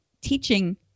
teaching